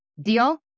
deal